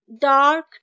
dark